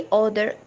order